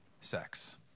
sex